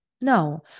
no